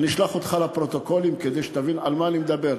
ואני אשלח אותך לפרוטוקולים כדי שתבין על מה אני מדבר.